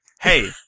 Hey